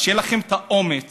אז שיהיה לכם את האומץ